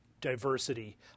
diversity